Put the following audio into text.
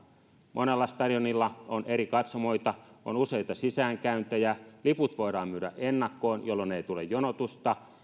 monella stadionilla on eri katsomoita on useita sisäänkäyntejä liput voidaan myydä ennakkoon jolloin ei tule jonotusta